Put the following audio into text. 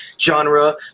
genre